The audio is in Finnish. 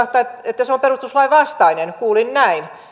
että se on perustuslain vastainen kuulin näin